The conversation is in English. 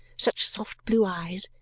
such soft blue eyes,